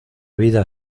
vida